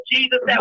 Jesus